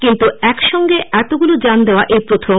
কিন্তু একসঙ্গে এতগুলো যান দেওয়া এই প্রথম